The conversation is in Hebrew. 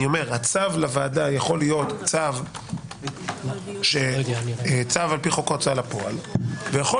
הצו לוועדה יכול להיות לפי חוק ההוצאה לפועל והוא יכול